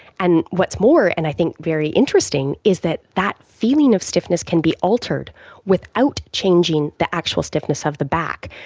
and what's more and i think very interesting is that that feeling of stiffness can be altered without changing the actual stiffness of the back,